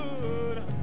good